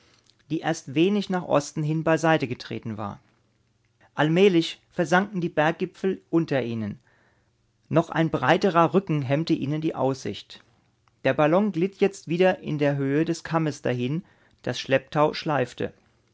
die erst wenig nach osten hin beiseite getreten war allmählich versanken die berggipfel unter ihnen noch ein breiterer rücken hemmte ihnen die aussicht der ballon glitt jetzt wieder in der höhe des kammes dahin das schlepptau schleifte